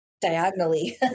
diagonally